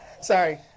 Sorry